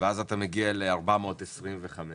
ואז אתה מגיע ל-425 בערך.